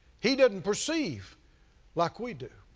he doesn't perceive like we do.